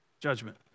judgment